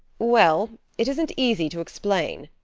well, it isn't easy to explain,